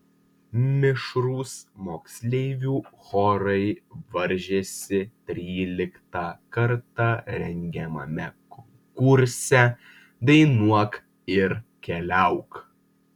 mišrūs moksleivių chorai varžėsi tryliktą kartą rengiamame konkurse dainuok ir keliauk